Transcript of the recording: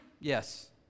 Yes